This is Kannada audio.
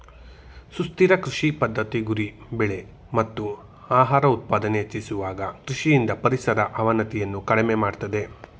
ಸುಸ್ಥಿರ ಕೃಷಿ ಪದ್ಧತಿ ಗುರಿ ಬೆಳೆ ಮತ್ತು ಆಹಾರ ಉತ್ಪಾದನೆ ಹೆಚ್ಚಿಸುವಾಗ ಕೃಷಿಯಿಂದ ಪರಿಸರ ಅವನತಿಯನ್ನು ಕಡಿಮೆ ಮಾಡ್ತದೆ